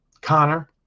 Connor